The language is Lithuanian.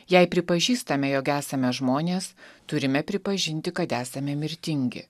jei pripažįstame jog esame žmonės turime pripažinti kad esame mirtingi